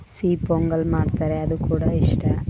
ಸಿಹಿ ಪೊಂಗಲ್ ಮಾಡ್ತಾರೆ ಅದು ಕೂಡ ಇಷ್ಟ